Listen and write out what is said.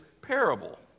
parable